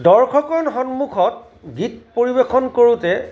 দৰ্শকৰ সন্মুখত গীত পৰিৱেশন কৰোঁতে